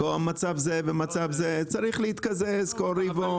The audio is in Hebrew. מצב זה ומצב זה צריך להתקזז כל רבעון.